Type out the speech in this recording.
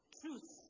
truth